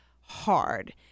hard